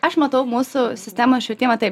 aš matau mūsų sistemą švietimą taip